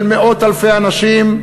של מאות אלפי אנשים,